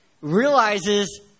realizes